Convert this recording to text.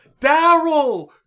Daryl